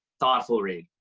thoughtful read.